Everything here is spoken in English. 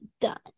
done